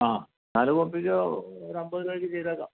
ആ നാലു കോപ്പിക്ക് ഒരു അമ്പത് രൂപയ്ക്ക് ചെയ്തേക്കാം